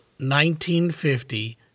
1950